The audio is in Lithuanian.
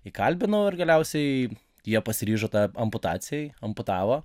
įkalbinau ir galiausiai jie pasiryžo tą amputacijai amputavo